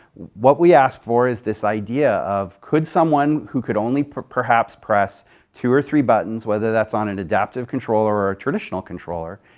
what we ask for is this idea of could someone who could only perhaps press two or three buttons, whether that's on an adaptive controller or a traditional controller,